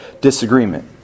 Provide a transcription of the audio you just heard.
disagreement